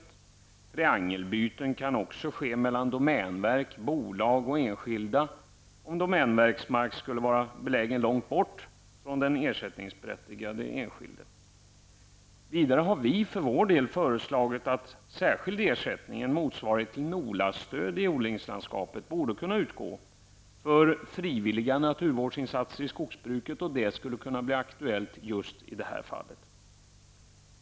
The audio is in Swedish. Triangelbyten kan också ske mellan domänverket, bolag och enskilda, om domänverksmark skulle vara belägen långt bort från den ersättningsberättigade enskilde. Vi har vidare för vår del föreslagit att särskild ersättning -- en motsvarighet till Nola-stöd i odlingslandskapet -- borde kunna utgå för frivilliga naturvårdsinsatser i skogsbruket. Det skulle kunna bli aktuellt just i detta fall.